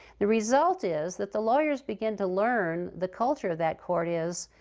the result is that the lawyers begin to learn the culture of that court is,